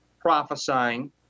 prophesying